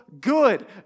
good